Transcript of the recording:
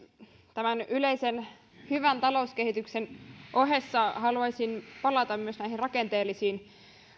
tämän yleisen hyvän talouskehityksen ohessa haluaisin palata myös näihin rakenteellisiin